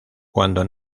cuando